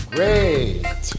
Great